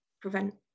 prevent